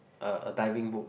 a a diving book